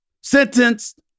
sentenced